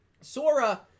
Sora